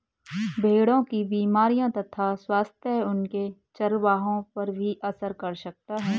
भेड़ों की बीमारियों तथा स्वास्थ्य उनके चरवाहों पर भी असर कर सकता है